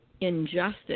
injustice